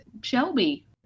shelby